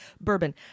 bourbon